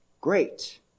Great